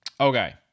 Okay